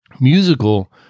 musical